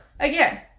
Again